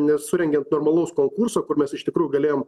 nesurengiant normalaus konkurso kur mes iš tikrųjų galėjom